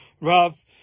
Rav